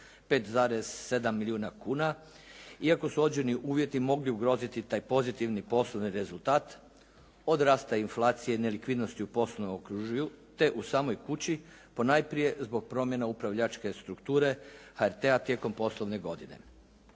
5,7 milijuna kuna, iako su određeni uvjeti mogli ugroziti taj pozitivni poslovni rezultat od rasta inflacije, nelikvidnosti u poslovnom okružju, te u samoj kući ponajprije zbog promjena upravljačke strukture HRT-a tijekom poslovne godine.